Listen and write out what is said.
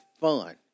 fun